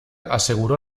aseguró